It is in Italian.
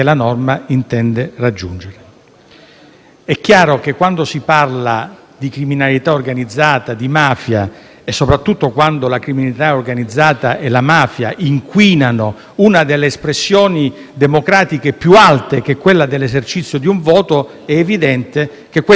È chiaro che, quando si parla di criminalità organizzata, di mafia e, soprattutto, quando la criminalità organizzata e la mafia inquinano una delle espressioni democratiche più alte (l'esercizio del voto), è evidente che ciò crea un allarme sociale